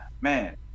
man